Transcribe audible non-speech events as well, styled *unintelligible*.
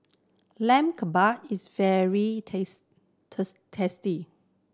Lamb Kebabs is very *unintelligible* tasty